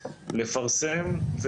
לפרסם,